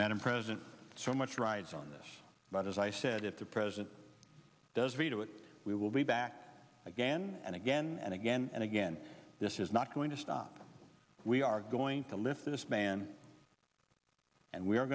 madam president so much rides on this but as i said if the president does veto it we will be back again and again and again and again this is not going to stop we are going to lift this ban and we